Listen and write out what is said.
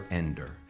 ender